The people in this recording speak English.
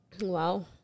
Wow